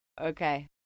okay